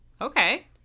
Okay